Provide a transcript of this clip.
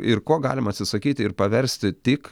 ir ko galim atsisakyti ir paversti tik